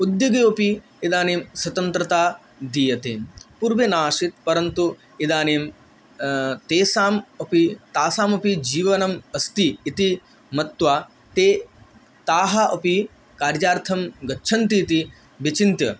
उद्योगेऽपि इदानीं स्वतन्त्रता दीयते पूर्वे न आसीत् परन्तु इदानीं तेषाम् अपि तासामपि जीवनमस्ति इति मत्वा ते ताः अपि कार्यार्थं गच्छन्ति इति विचिन्त्य